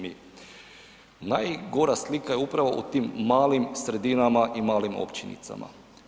Najgora slika je upravo u tim malim sredinama i malim općinicama.